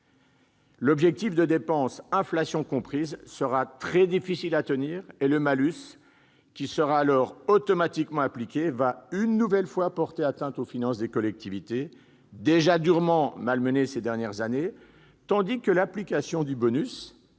L'objectif de dépense, inflation comprise, sera très difficile à tenir, et le malus qui sera alors automatiquement appliqué va, une nouvelle fois, porter atteinte aux finances des collectivités, déjà durement malmenées ces dernières années, tandis que l'application du bonus,